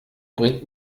bringt